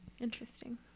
Interesting